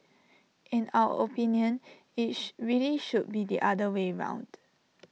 in our opinion IT really should be the other way round